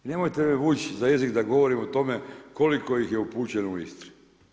I nemojte me vući za jezik da govorim o tome koliko ih je upućeno u Istri.